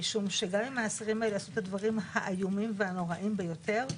משום שגם אם האסירים האלה עשו את הדברים האיומים והנוראיים ביותר,